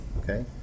okay